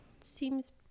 seems